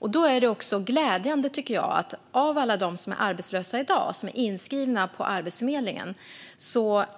Därför är det glädjande, tycker jag, att enligt